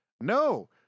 No